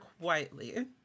quietly